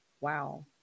wow